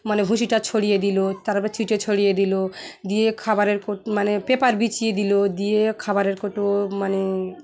মানে ভুষিটা ছড়িয়ে দিলো তারপর ছিটে ছড়িয়ে দিলো দিয়ে খাবারের ক মানে পেপার বিছিয়ে দিলো দিয়ে খাবারের কৌটো মানে